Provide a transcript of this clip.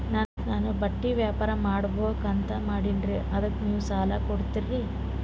ನಾನು ಬಟ್ಟಿ ವ್ಯಾಪಾರ್ ಮಾಡಬಕು ಅಂತ ಮಾಡಿನ್ರಿ ಅದಕ್ಕ ನೀವು ಸಾಲ ಕೊಡ್ತೀರಿ?